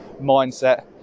mindset